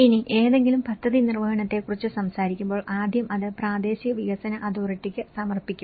ഇനി ഏതെങ്കിലും പദ്ധതി നിർവഹണത്തെക്കുറിച്ച് സംസാരിക്കുമ്പോൾ ആദ്യം അത് പ്രാദേശിക വികസന അതോറിറ്റിക്ക് സമർപ്പിക്കും